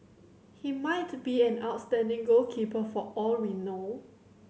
he might be an outstanding goalkeeper for all we know